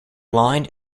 lined